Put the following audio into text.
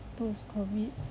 post COVID